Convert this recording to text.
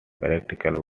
recital